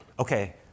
Okay